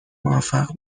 موفق